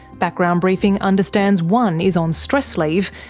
background briefing understands one is on stress leave,